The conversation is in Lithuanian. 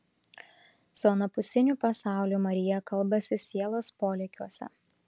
su anapusiniu pasauliu marija kalbasi sielos polėkiuose